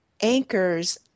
anchors